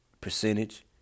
Percentage